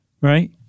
right